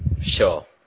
Sure